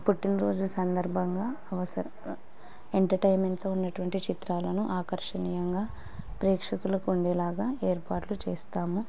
పుట్టినరోజు సందర్భంగా అవసర ఎంటర్టైన్మెంట్తో ఉన్నటువంటి చిత్రాలను ఆకర్షణీయంగా ప్రేక్షకులకు ఉండేలాగా ఏర్పాట్లు చేస్తాము